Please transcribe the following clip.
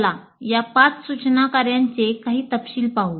चला या पाच सूचना कार्यांचे काही तपशील पाहू